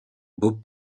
beau